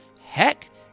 Heck